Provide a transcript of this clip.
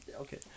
Okay